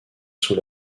sous